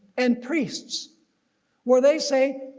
and priests where they say,